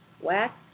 wax